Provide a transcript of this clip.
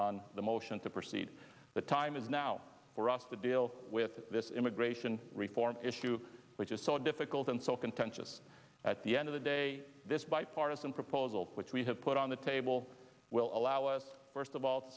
on the motion to proceed the time is now for us to deal with this immigration reform issue which is so difficult and so contentious at the end of the day this bipartisan proposal which we have put on the table will allow us first of all to